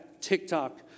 TikTok